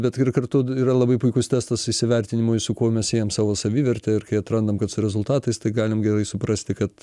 bet ir kartu yra labai puikus testas įsivertinimui su kuo mes siejam savo savivertę ir kai atrandam kad su rezultatais tai galim gerai suprasti kad